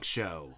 Show